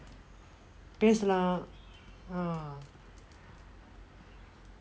பேசலாம்:pesalaam ah